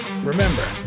Remember